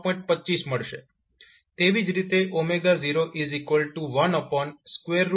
તેવી જ રીતે 01LC છે અને તમને તે 2